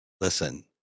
Listen